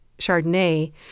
Chardonnay